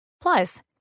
Plus